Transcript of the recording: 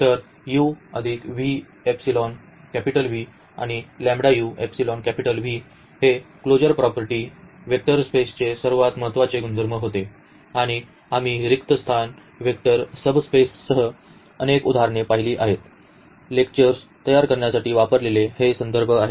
तर आणि हे क्लोजर प्रॉपर्टी वेक्टर स्पेसचे सर्वात महत्त्वाचे गुणधर्म होते आणि आम्ही रिक्त स्थान वेक्टर सब स्पेससह अनेक उदाहरणे पाहिली आहेत लेक्चर्स तयार करण्यासाठी वापरलेले हे संदर्भ आहेत